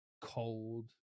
Cold